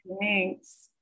Thanks